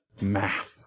Math